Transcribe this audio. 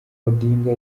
odinga